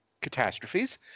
catastrophes